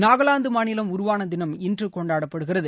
நாகாலாந்து மாநிலம் உருவான தினம் இன்று கொண்டாடப்படுகிறது